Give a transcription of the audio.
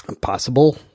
Possible